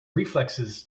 reflexes